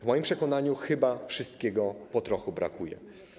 W moim przekonaniu chyba wszystkiego po trochu brakuje.